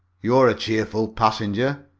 you're a cheerful passenger,